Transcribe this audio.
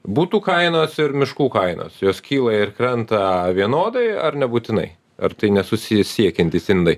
butų kainos ir miškų kainos jos kyla ir krenta vienodai ar nebūtinai ar tai nesusisiekiantys indai